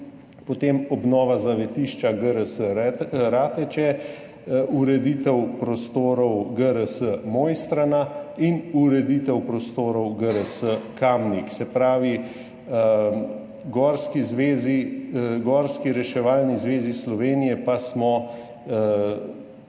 potem obnova zavetišča GRS Rateče, ureditev prostorov GRS Mojstrana in ureditev prostorov GRS Kamnik. Gorski reševalni zvezi Slovenije pa smo